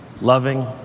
loving